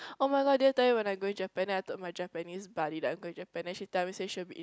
[oh]-my-god did I tell when I going Japan I told my Japanese buddy that I'm going Japan then she tell me say she will be in